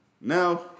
Now